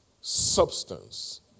substance